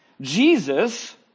Jesus